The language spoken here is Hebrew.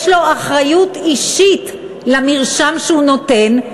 יש לו אחריות אישית למרשם שהוא נותן,